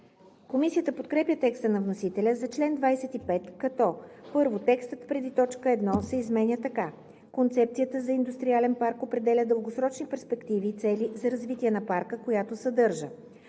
Комисията подкрепя текста на вносителя за чл. 25, като: „1. Текстът преди т. 1 се изменя така: „Концепцията за индустриален парк определя дългосрочни перспективи и цели за развитие на парка, която съдържа:“;